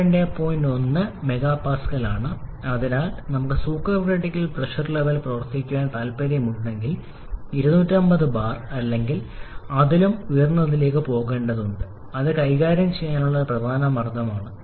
1 MPa ആണ് അതിനാൽ നമുക്ക് സൂപ്പർക്രിട്ടിക്കൽ പ്രഷർ ലെവൽ പ്രവർത്തിപ്പിക്കാൻ താൽപ്പര്യമുണ്ടെങ്കിൽ 250 ബാർ അല്ലെങ്കിൽ അതിലും ഉയർന്നതിലേക്ക് പോകേണ്ടതുണ്ട് ഇത് കൈകാര്യം ചെയ്യാനുള്ള ഒരു പ്രധാന മർദ്ദമാണ്